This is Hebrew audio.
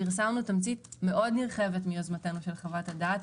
פרסמנו תמצית מאוד נרחבת מיוזמתנו של חוות הדעת.